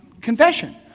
confession